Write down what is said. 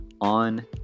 On